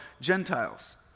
Gentiles